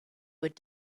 would